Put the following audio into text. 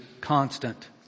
constant